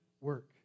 work